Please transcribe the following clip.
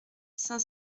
cinq